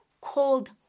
Called